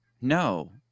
no